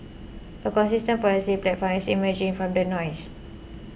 a consistent policy platform is emerging from the noise